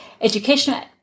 educational